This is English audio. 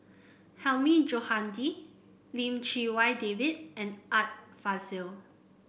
Hilmi Johandi Lim Chee Wai David and Art Fazil